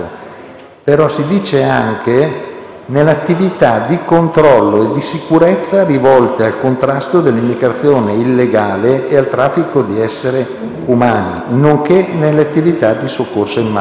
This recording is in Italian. però anche: «nelle attività di controllo e di sicurezza rivolte al contrasto all'immigrazione illegale e al traffico di essere umani, nonché nelle attività di soccorso in mare».